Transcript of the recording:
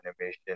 animation